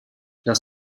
does